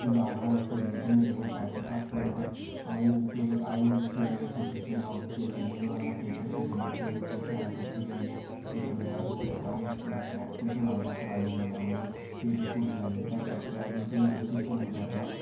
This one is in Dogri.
जाना होऐ फिरन ते मेरे कोल पैसे घट होंदे अऊं के अऊं सवेरे सत्ती सवेल्ला उट्ठियै चली जन्ना होन्नां खेत्तर कुतै बट्टे बुट्टे शैल कट्ठे करियै इक मेरा दोस्त ऐ ओह् ट्रैक्टर चलांदा ट्राली कन्नै मतलब फेरे फूरे लाई ओड़दा ट्रैक्टरा दे ते उस्सी फोन करना